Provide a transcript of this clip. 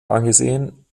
angesehen